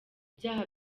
byaha